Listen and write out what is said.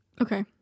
Okay